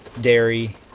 dairy